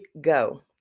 go